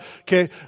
Okay